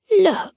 Look